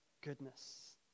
goodness